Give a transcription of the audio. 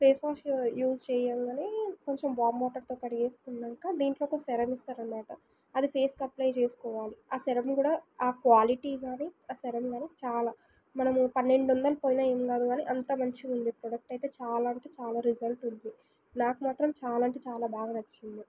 face wash use చేయంగనే కొంచెం warm వాటర్తో కడిగేసుకున్నాక దీంట్లో ఒక సెరం ఇస్తారనమాట అది ఫేస్కి అప్లై చేసుకోవాలి ఆ సెరమ్ కూడా ఆ క్వాలిటీ గానీ ఆ సెరం గానీ చాలా మనము పన్నెండొందలు పోయినా ఏం కాదు గానీ అంత మంచిగుంది ప్రోడక్ట్ అయితే చాలా అంటే చాలా రిజల్ట్ ఉంది నాకు మాత్రం చాలా అంటే చాలా బాగా నచ్చింది